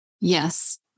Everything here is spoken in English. Yes